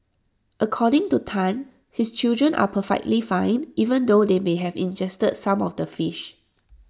according to Tan his children are perfectly fine even though they may have ingested some of the fish